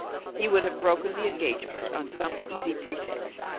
he would have broken the engagement on some easy pretext.